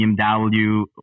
BMW